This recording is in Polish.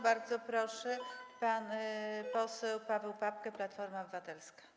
Bardzo proszę, pan poseł Paweł Papke, Platforma Obywatelska.